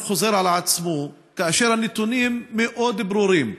חוזר על עצמו כאשר הנתונים מאוד ברורים.